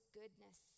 goodness